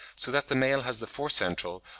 so that the male has the four central,